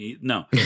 No